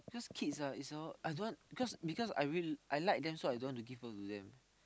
kids ah it's all I don't want because because I like them so I don't want to give birth to them